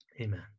Amen